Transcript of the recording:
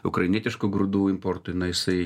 ukrainietiškų grūdų importui na jisai